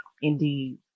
indeed